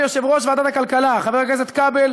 אדוני יושב-ראש ועדת הכלכלה חבר הכנסת כבל,